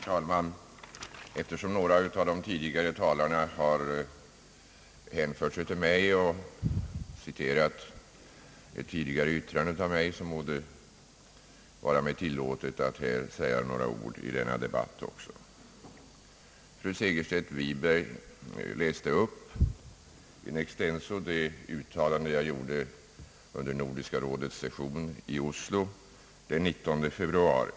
Herr talman! Eftersom flera av de tidigare talarna nämnt mig och citerat ett yttrande av mig må det vara mig tillåtet att säga några ord också i denna debatt. Fru Segerstedt Wiberg läste in extenso upp det uttalande jag gjorde under Nordiska rådets session i Oslo, den 19 februari.